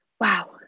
wow